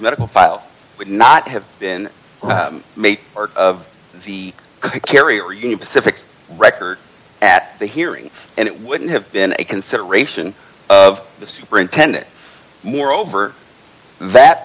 medical file would not have been made or of the carrier pacific's record at the hearing and it wouldn't have been a consideration of the superintendent moreover that